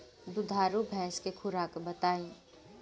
दुधारू भैंस के खुराक बताई?